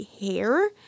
hair